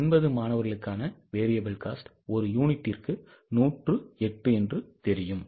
80 மாணவர்களுக்கான variable cost ஒரு யூனிட்டுக்கு 108 என்று தெரியும்